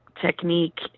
technique